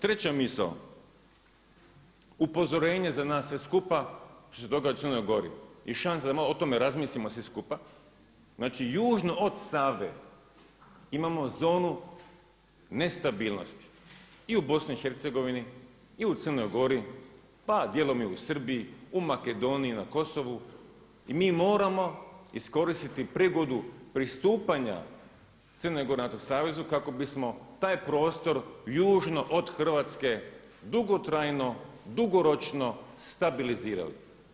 Treća misao, upozorenje za nas sve skupa što se događa u Crnoj Gori i šansa da o tome malo razmislimo svi skupa, znači južno od Save imamo zonu nestabilnosti i u BiH, i u Crnoj Gori pa i dijelom u Srbiji, u Makedoniji, na Kosovu i mi moramo iskoristiti prigodu pristupanja Crne Gore NATO savezu kako bismo taj prostor južno od Hrvatske dugotrajno, dugoročno stabilizirali.